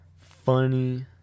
Funny